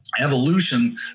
evolution